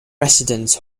residence